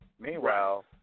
Meanwhile